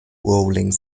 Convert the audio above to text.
rolling